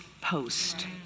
post